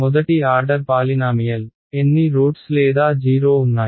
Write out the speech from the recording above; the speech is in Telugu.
మొదటి ఆర్డర్ పాలినామియల్ ఎన్ని రూట్స్ లేదా జీరో ఉన్నాయి